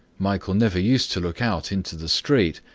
michael never used to look out into the street,